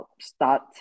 start